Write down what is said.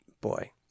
boy